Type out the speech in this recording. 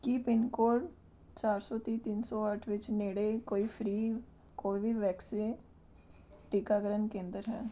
ਕੀ pin code ਚਾਰ ਸੌ ਤੀਹ ਤਿੰਨ ਸੌ ਅੱਠ ਵਿੱਚ ਨੇੜੇ ਕੋਈ ਫ੍ਰੀ ਕੋਈ ਵੀ ਵੈਕਸੇ ਟੀਕਾਕਰਨ ਕੇਂਦਰ ਹੈ